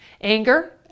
Anger